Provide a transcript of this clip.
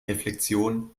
reflexion